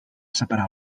separar